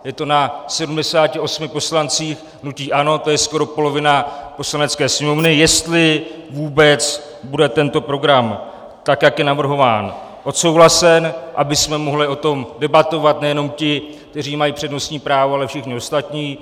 Je to na 78 poslancích hnutí ANO, to je skoro polovina Poslanecké sněmovny, jestli vůbec bude tento program, tak jak je navrhován, odsouhlasen, abychom mohli o tom debatovat nejenom ti, kteří mají přednostní právo, ale všichni ostatní.